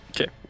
Okay